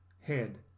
head